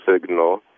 signal